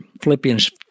Philippians